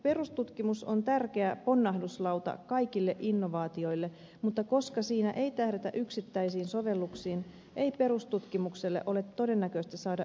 perustutkimus on tärkeä ponnahduslauta kaikille innovaatioille mutta koska siinä ei tähdätä yksittäisiin sovelluksiin ei perustutkimukselle ole todennäköistä saada yritysrahoitusta